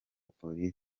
polisi